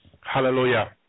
Hallelujah